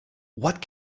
what